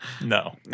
No